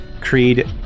Creed